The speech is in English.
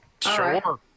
Sure